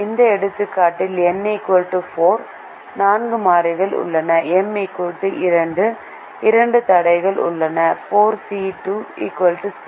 இந்த எடுத்துக்காட்டில் n 4 நான்கு மாறிகள் உள்ளன m 2 இரண்டு தடைகள் உள்ளன 4C2 6